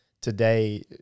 today